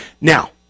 Now